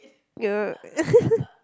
ya